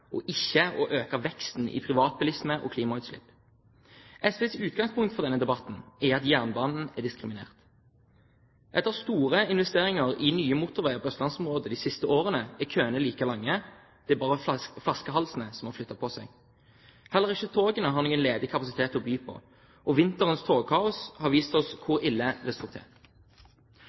og ikke å øke veksten i privatbilisme og klimautslipp. SVs utgangspunkt for denne debatten er at jernbanen er diskriminert. Etter store investeringer i nye motorveier i østlandsområdet de siste årene er køene like lange. Det er bare flaskehalsene som har flyttet på seg. Heller ikke togene har noen ledig kapasitet å by på, og vinterens togkaos har vist oss hvor ille det står til.